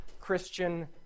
Christian